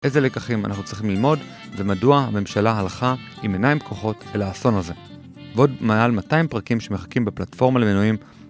איזה לקחים אנחנו צריכים ללמוד, ומדוע הממשלה הלכה, עם עיניים פקוחות, אל האסון הזה? ועוד מעל 200 פרקים שמחכים בפלטפורמה למנויים.